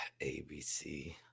abc